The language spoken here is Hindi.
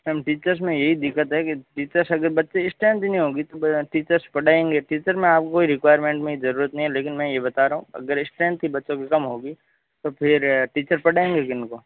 मैम टीचर्स में यही दिकक्त है कि टीचर्स अगर बच्चे स्ट्रेनथ भी नहीं होगी तो टीचर्स पढ़ाएंगे टीचर्स में अब कोई रेकुईरमेंट में जरूरत नहीं है लेकिन मैं यह बता रहा हूँ अगर स्ट्रेनथ ही बच्चों को कम होगी तो फिर टीचर्स पढ़ाएंगे किनको